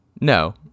No